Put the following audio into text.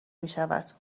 میشود